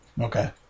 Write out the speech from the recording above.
Okay